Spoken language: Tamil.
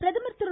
பிரதமர் திரு